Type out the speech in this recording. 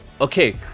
Okay